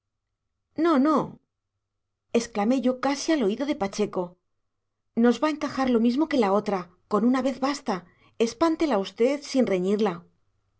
no no exclamé yo casi al oído de pacheco nos va a encajar lo mismo que la otra con una vez basta espántela usted sin reñirla